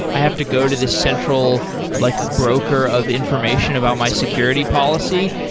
i have to go to the central like broker of information about my security policy.